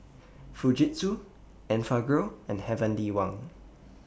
Fujitsu Enfagrow and Heavenly Wang